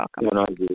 welcome